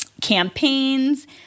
campaigns